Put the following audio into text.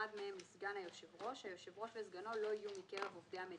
השינוי אומר שאם עד היום עמדנו